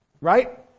Right